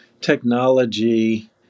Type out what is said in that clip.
technology